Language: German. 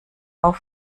übung